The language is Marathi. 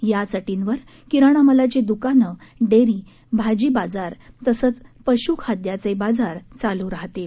याच अटींवर किराणा मालाची दुकानं डय्या भाजी बाजार तसद्यीपशुखाद्याचबिजार चालू राहतील